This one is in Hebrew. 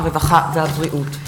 הרווחה והבריאות.